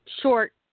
short